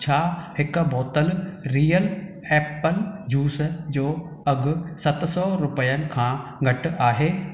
छा हिकु बोतल रियल एपल जूस जो अघु सत सौ रुपियनि खां घटि आहे